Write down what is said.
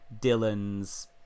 Dylan's